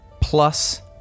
plus